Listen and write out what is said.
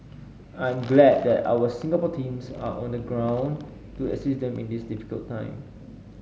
I'm glad that our Singapore teams are on the ground to assist them in this difficult time